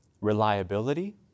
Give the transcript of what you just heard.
reliability